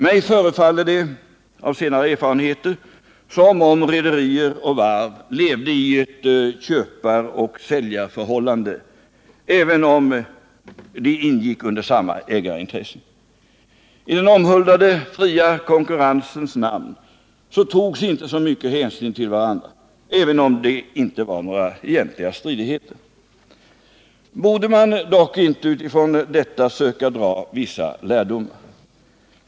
Mig förefaller det av senare erfarenheter som om rederier och varv levde i ett köpare-säljareförhållande även om de ingick i samma ägarintressen. I den omhuldade fria konkurrensens namn tog man icke så mycket hänsyn till varandra även om det inte var några egentliga stridigheter. Borde man inte utifrån detta söka dra vissa lärdomar?